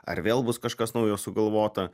ar vėl bus kažkas naujo sugalvota